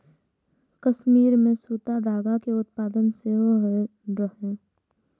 कश्मीर मे सूती धागा के उत्पादन सेहो होइत रहै